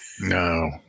No